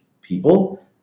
people